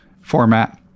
format